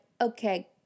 okay